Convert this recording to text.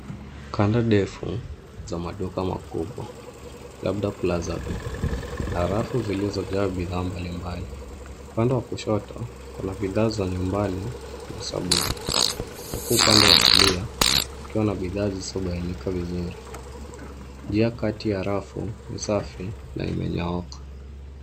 Kanda ndefu za maduka makubwa labda plazavi na rafu zilizojaa bidhaa mbali mbali. Upande wa kushoto kuna bidhaa za nyumbani na sabuni, huku upande wa kulia kukiwa na bidhaa zisizobainika vizuri. Njia kati ya rafu ni safi na imenyooka.